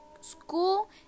school